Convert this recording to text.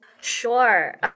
Sure